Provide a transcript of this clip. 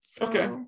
Okay